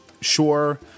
sure